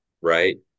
right